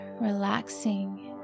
relaxing